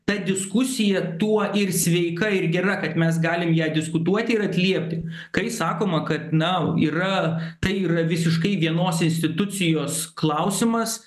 ta diskusija tuo ir sveika ir gera kad mes galim ją diskutuoti ir atliepti kai sakoma kad nau yra tai yra visiškai vienos institucijos klausimas